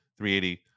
380